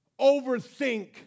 overthink